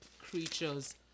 creatures